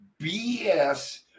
BS